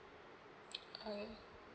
alright